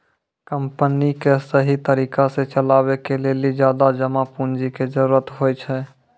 company क सहि तरिका सह चलावे के लेलो ज्यादा जमा पुन्जी के जरुरत होइ छै